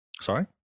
Sorry